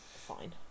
fine